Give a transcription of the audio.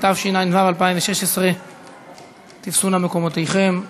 התשע"ו 2016. תפסו נא מקומותיכם,